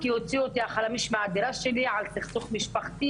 כי הוציאו אותי חלמיש מהדירה שלי על סכסוך משפחתי